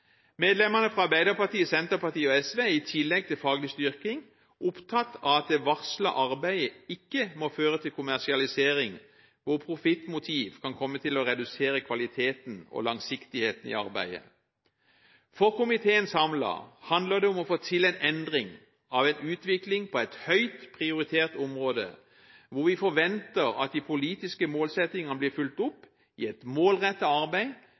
Medlemmene fra Arbeiderpartiet, Senterpartiet og SV er i tillegg til faglig styrking opptatt av at det varslede arbeidet ikke må føre til kommersialisering der profittmotiv vil redusere kvaliteten og langsiktigheten i arbeidet. For komiteen samlet handler det om å få til en endring av en utvikling på et høyt prioritert område, hvor vi forventer at de politiske målsettingene blir fulgt opp i et målrettet arbeid